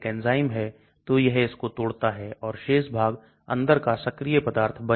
तो कंपाउंड की भौतिक स्थिति ठोस अनाकार क्रिस्टलीय बहुरूपी है